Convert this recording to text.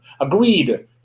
agreed